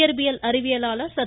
இயற்பியல் அறிவியலார் சர்